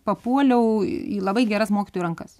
papuoliau į labai geras mokytojų rankas